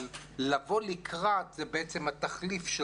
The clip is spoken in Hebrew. אבל לבוא לקראת זה בעצם התחליף.